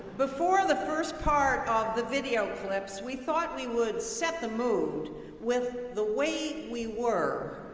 before the first part of the video clips, we thought we would set the mood with the way we were,